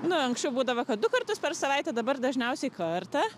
nu anksčiau būdavo kad du kartus per savaitę dabar dažniausiai kartą